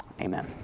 Amen